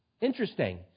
Interesting